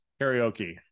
karaoke